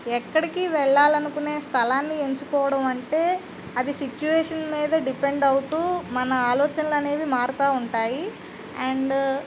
ఎక్కడికి వెళ్ళాలనుకునే స్థలాన్ని ఎంచుకోవడం అంటే అది సిట్యుయేషన్ మీద డిపెండ్ అవుతూ మన ఆలోచనలనేవి మారతూ ఉంటాయి అండ్